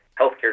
healthcare